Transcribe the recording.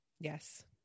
Yes